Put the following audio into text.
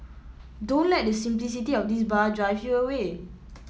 don't let the simplicity of this bar drive you away